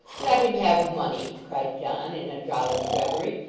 let him have money cried john, in a drowsy reverie.